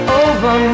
over